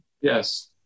Yes